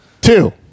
Two